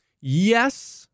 yes